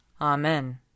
Amen